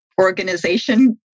organization